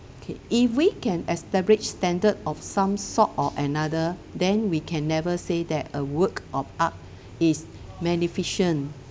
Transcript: okay if we can establish standard of some sort or another then we can never say that a work of art is magnificent